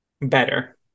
Better